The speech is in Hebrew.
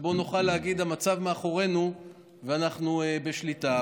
שבו נוכל להגיד שהמצב מאחורינו ואנחנו בשליטה,